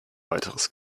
weiteres